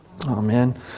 amen